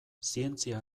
zientzia